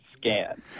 Scan